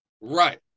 Right